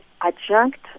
adjunct